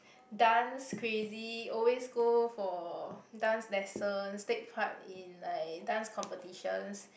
dance crazy always go for dance lessons takes part in like dance competitions